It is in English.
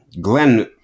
glenn